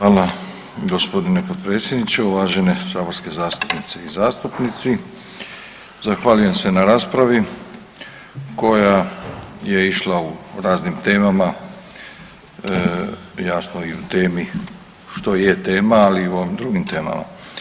vama gospodine potpredsjedniče, uvažene saborske zastupnice i zastupnici, zahvaljujem se na raspravi koja je išla u raznim temama jasno i u temi što je tema, ali i u ovim drugim temama.